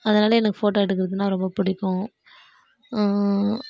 அதனால எனக்கு ஃபோட்டோ எடுக்கிறதுனா ரொம்ப பிடிக்கும்